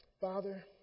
Father